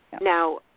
Now